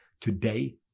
Today